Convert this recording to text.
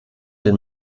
den